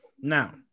Now